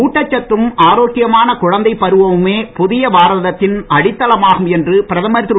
ஊட்டச்சத்தும் ஆரோக்கியமான குழந்தைப் பருவமுமே புதிய பாரதத்தின் அடித்தளமாகும் என்று பிரதமர் திரு